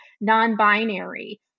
non-binary